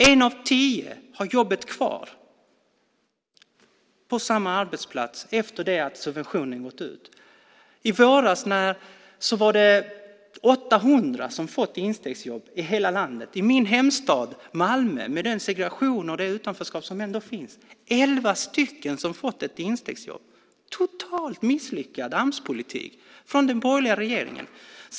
En av tio har jobbet kvar på samma arbetsplats efter att subventionen upphört. I våras var det 800 som hade fått instegsjobb i hela landet. I min hemstad Malmö, med den segregation och det utanförskap som finns där, var det elva stycken som fick ett instegsjobb. Det är en totalt misslyckad Amspolitik från den borgerliga regeringen.